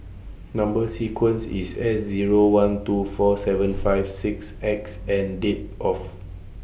Number sequence IS S Zero one two four seven five six X and Date of